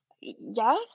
Yes